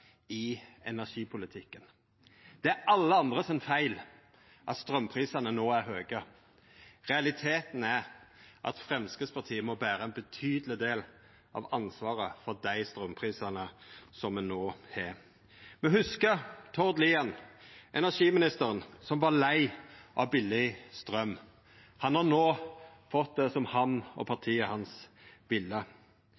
i energipolitikken. Det er alle andre sin feil at straumprisane no er høge. Realiteten er at Framstegspartiet må bera ein betydeleg del av ansvaret for dei straumprisane som me no har. Me hugsar Tord Lien, den tidlegare energiministeren, som var lei av billig straum. Han har no fått det som han og